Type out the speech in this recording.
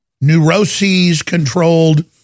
neuroses-controlled